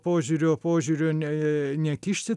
požiūrio požiūrio ne nekišti